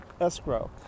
escrow